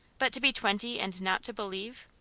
but to be twenty and not to believe!